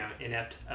inept